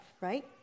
right